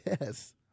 Yes